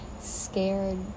scared